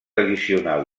addicional